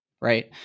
right